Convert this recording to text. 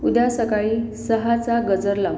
उद्या सकाळी सहाचा गजर लाव